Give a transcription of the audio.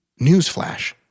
Newsflash